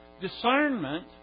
discernment